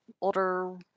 older